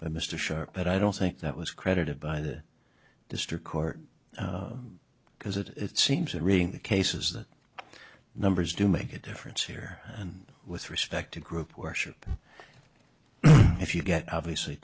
by mr sharp but i don't think that was credited by the district court because it's seems that reading the cases that numbers do make a difference here and with respect to group worship if you get obviously